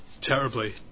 terribly